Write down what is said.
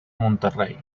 monterrey